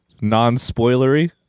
non-spoilery